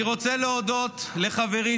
אני רוצה להודות לחברי,